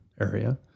area